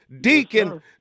Deacon